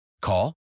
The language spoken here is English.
Call